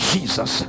Jesus